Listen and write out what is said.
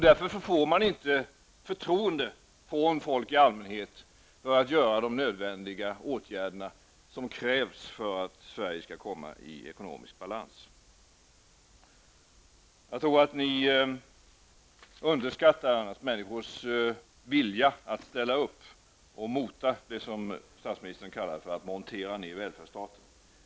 Därför får man inte förtroende från folk i allmänhet för att vidta de åtgärder som är nödvändiga för att Sverige skall komma i ekonomisk balans. Jag tror att ni underskattar människors vilja att ställa upp och mota det som statsministern kallar för att montera ned välfärdsstaten.